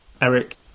Eric